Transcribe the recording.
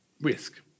Risk